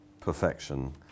perfection